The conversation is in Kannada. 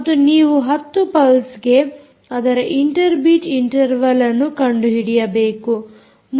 ಮತ್ತು ನೀವು 10 ಪಲ್ಸ್ಗೆ ಅದರ ಇಂಟರ್ ಬೀಟ್ ಇಂಟರ್ವಲ್ಅನ್ನುಕಂಡುಹಿಡಿಯಬೇಕು